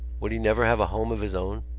would he never have a home of his own?